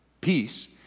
peace